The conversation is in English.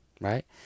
right